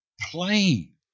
plain